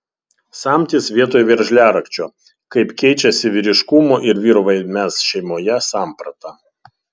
samtis vietoj veržliarakčio kaip keičiasi vyriškumo ir vyro vaidmens šeimoje samprata